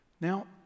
Now